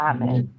Amen